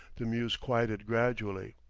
the mews quieted gradually.